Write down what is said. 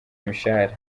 imishahara